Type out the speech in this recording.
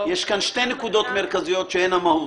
יש כאן שתי נקודות מרכזיות שהן המהות: